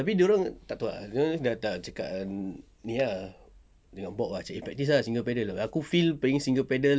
tapi dorang tak tahu ah zul dah tak cakap dengan ni ah dengan bob ah eh practise ah single pedal aku feel playing single pedal